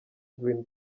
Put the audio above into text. green